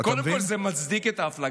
קודם כול, זה מצדיק את ההפלגה.